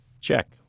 Check